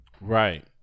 Right